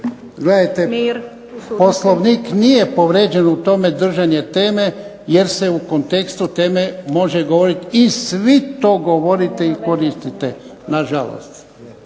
Gledajte, Poslovnik nije povrijeđen u tome držanje teme, jer se u kontekstu teme može govoriti i svi to govorite i koristite. Na žalost.